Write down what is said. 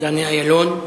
דני אילון,